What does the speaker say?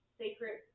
sacred